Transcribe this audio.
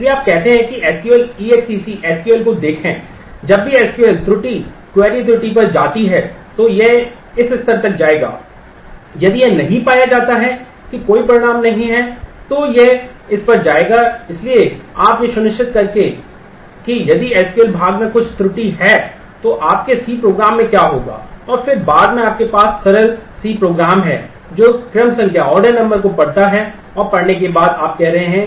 इसलिए आप कहते हैं कि एसक्यूएल को पढ़ता है और पढ़ने के बाद आप यह कर रहे हैं